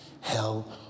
hell